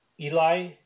Eli